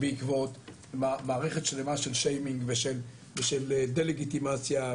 בעקבות מערכת שלמה של שיימינג ודה לגיטימציה.